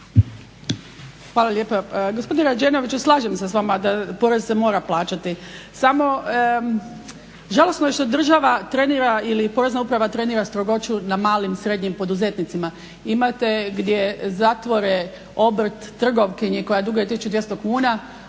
Hvala lijepa. Gospodine Rađenoviću slažem se s vama, porez se mora plaćati, samo žalosno je što država ili Porezna uprava trenira strogoću na malim, srednjim poduzetnicima. Imate gdje zatvore obrt trgovkinji koja duguje 1200 kuna